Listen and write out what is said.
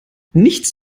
nichts